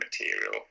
material